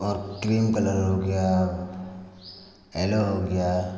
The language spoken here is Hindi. और क्रीम कलर हो गया एलो हो गया